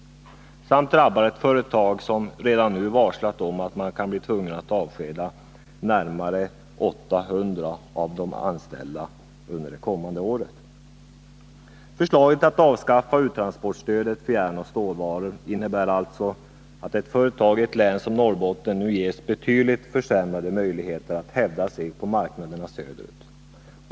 Det skulle drabba ett företag som redan nu har varslat om att det kan bli tvunget att under det kommande året avskeda närmare 800 av de anställda. Förslaget att avskaffa uttransportstödet för järnoch stålvaror innebär alltså att ett företag i ett län som Norrbotten nu ges betydligt sämre möjligheter att hävda sig på marknaderna söderut.